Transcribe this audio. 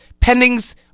Pendings